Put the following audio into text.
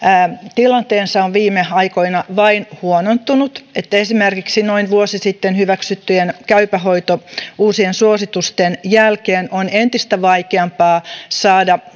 tilanteensa on viime aikoina vain huonontunut että esimerkiksi noin vuosi sitten hyväksyttyjen uusien käypä hoito suositusten jälkeen on entistä vaikeampaa saada